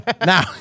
Now